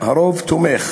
הרוב תומך